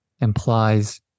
implies